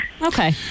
Okay